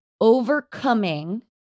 overcoming